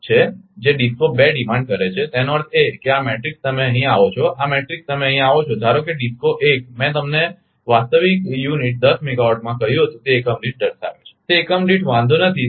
1 per unit megawatt power છે જે DISCO 2 demand કરે છે તેનો અર્થ એ છે કે આ મેટ્રિક્સ તમે અહીં આવો છો આ મેટ્રિક્સ તમે અહીં આવો છો ધારો કે DISCO 1 મેં તમને વાસ્તવિક યુનિટ 10 મેગાવાટમાં કહ્યું હતું તે એકમ દીઠ દર્શાવે છે તે એકમ દીઠ વાંધો નથી